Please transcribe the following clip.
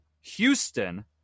Houston